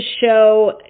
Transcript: show